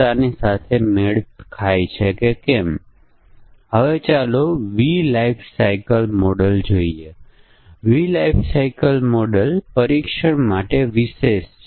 અને આપણી પાસે નિર્ણય ટેબલમાંથી અપેક્ષિત આઉટપુટ પણ છે તેથી આ દરેક પંક્તિઓ એક પરીક્ષણ કેસ છે